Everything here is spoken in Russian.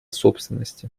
собственности